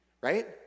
Right